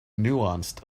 nuanced